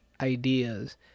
ideas